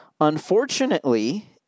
Unfortunately